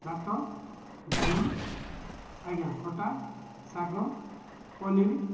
ଭାତ ଡାଲି ଆଜ୍ଞା ଖଟା ଶାଗ ପନିର୍